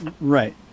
Right